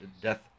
death